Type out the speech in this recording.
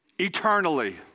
eternally